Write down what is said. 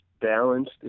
balanced